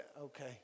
okay